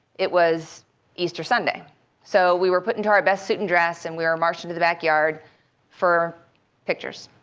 it was easter sunday so we were put into our best suit and dress and we were marched into the backyard for pictures.